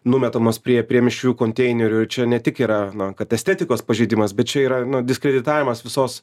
numetamos prie prie mišrių konteinerių ir čia ne tik yra na kad estetikos pažeidimas bet čia yra nu diskreditavimas visos